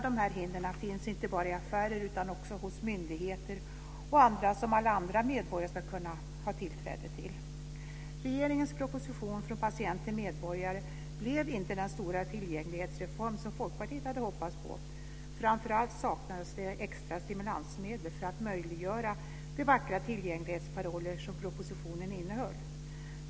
Dessa hinder finns inte bara i affärer utan också hos myndigheter och andra som alla medborgare ska kunna ha tillträde till. Regeringens proposition Från patient till medborgare blev inte den stora tillgänglighetsreform som Folkpartiet hade hoppats på. Framför allt saknades det extra stimulansmedel för att möjliggöra de vackra tillgänglighetsparoller som propositionen innehöll.